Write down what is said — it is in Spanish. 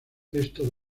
esto